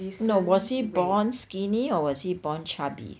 no was he born skinny or was he born chubby